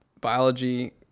biology